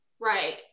right